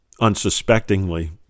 unsuspectingly